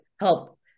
help